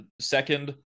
second